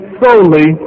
solely